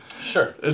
Sure